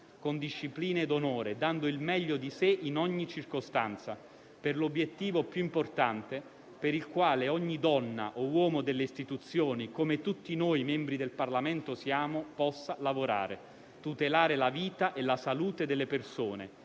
Con disciplina ed onore, dando il meglio di sé in ogni circostanza, per l'obiettivo più importante per il quale ogni donna o uomo delle istituzioni, come tutti noi membri del Parlamento siamo, possa lavorare. Tutelare la vita e la salute delle persone